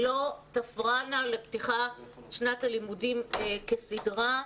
לא תפרענה לפתיחת שנת הלימודים כסדרה.